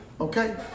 okay